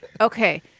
Okay